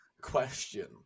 question